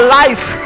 life